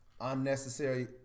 unnecessary